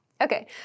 Okay